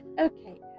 Okay